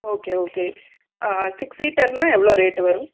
okay okay ah six சீட்டருன்னா எவ்வளோ rate வரும்